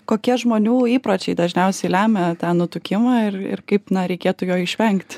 kokie žmonių įpročiai dažniausiai lemia tą nutukimą ir ir kaip na reikėtų jo išvengti